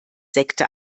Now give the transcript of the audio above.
sekte